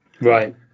right